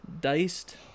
diced